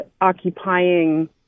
occupying